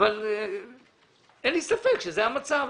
אבל אין לי ספק שזה המצב.